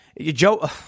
Joe